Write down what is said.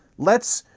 let's,